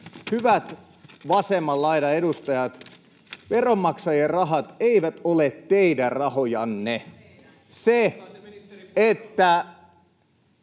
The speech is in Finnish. Hyvät vasemman laidan edustajat, veronmaksajien rahat eivät ole teidän rahojanne. [Vasemmalta: